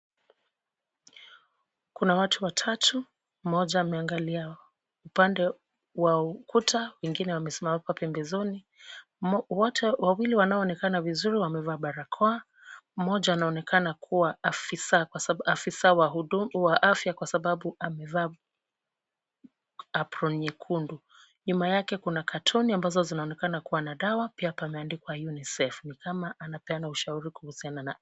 Kuna watu watatu mmoja ameangalia upande wa ukuta mwingine amesimama pembezoni. Wawili wanaoonekana vizuri wamevaa barakoa, mmoja anaonekana kuwa afisa wa afya kwa sababu amevaa apron nyekundu. Nyuma yake kuna katoni ambazo zinaonekana kuwa na dawa pia pameandikwa UNICEF ni kama anapeana ushauri kuhusiana na...